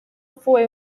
fue